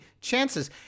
chances